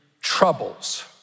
troubles